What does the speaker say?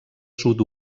sud